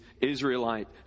Israelite